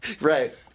right